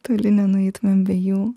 toli nenueitumėm be jų